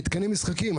מתקני משחקים,